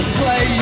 play